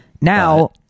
now